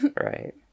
right